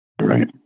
right